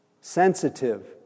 sensitive